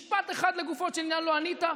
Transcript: משפט אחד לגופו של עניין לא ענית,